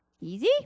Easy